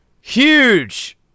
Huge